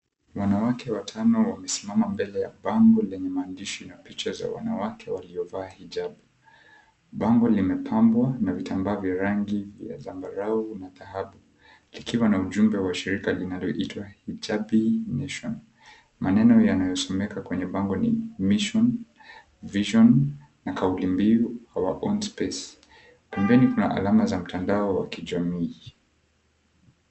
Wanawake watano wamesimama mbele ya bango lenye maandishi na picha za wanawake waliovaa hijab. Bango limepambwa na vitambaa vya rangi vya zambarau na dhahabu, likiwa na ujumbe wa shirika linaloitwa, Hijabee Nation. Maneno yanayosomeka kwenye bango ni, Mission, Vision na kauli mbiu, Our Own Space. Pembeni kuna alama za mtandao wa kijamii.